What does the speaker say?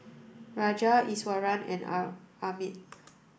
Raja Iswaran and Amit